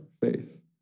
faith